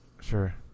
Sure